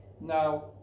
Now